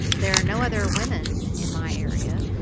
there are no other women in my area,